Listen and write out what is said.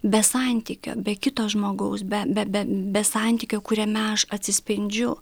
be santykio be kito žmogaus be be be be santykio kuriame aš atsispindžiu